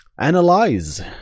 analyze